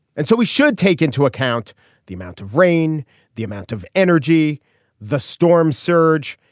and so we should take into account the amount of rain the amount of energy the storm surge.